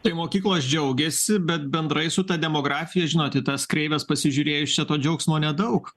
tai mokyklos džiaugiasi bet bendrai su ta demografija žinot į tas kreives pasižiūrėjus šito džiaugsmo nedaug